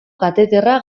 kateterra